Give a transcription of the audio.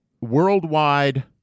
worldwide